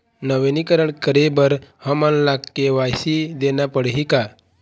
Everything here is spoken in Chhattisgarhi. नवीनीकरण करे बर हमन ला के.वाई.सी देना पड़ही का?